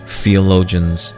theologians